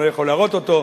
אני לא יכול להראות אותו,